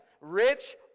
rich